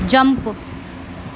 jump